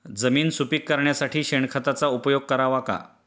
जमीन सुपीक करण्यासाठी शेणखताचा उपयोग करावा का?